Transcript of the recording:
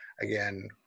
again